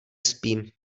spím